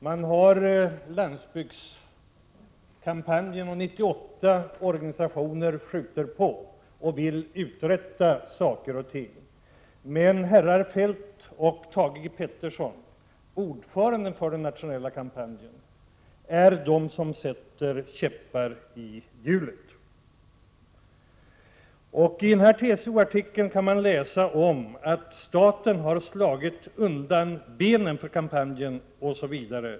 Vi har landsbygdskampanjen som vill uträtta saker och ting, och 98 organisationer skjuter på, men herrar Feldt och Thage G Peterson, ordförande för den nationella kampanjen, är de som sätter käppar i hjulet. I TCO-Tidningen kan man läsa om att staten har slagit undan benen för kampanjen osv.